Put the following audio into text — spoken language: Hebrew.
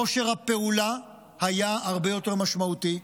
כושר הפעולה היה הרבה יותר משמעותי.